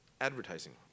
advertising